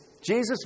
Jesus